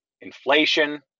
inflation